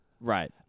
Right